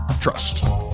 Trust